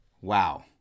Wow